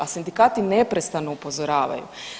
A sindikati neprestano upozoravaju.